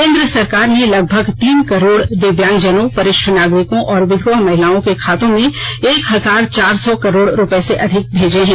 केन्द्र सरकार ने लगभग तीन करोड़ दिव्यांगजनों वरिष्ठ नागरिकों और विधवा महिलाओं के खाते में एक हजार चार सौ करोड़ रुपए से अधिक भेजे है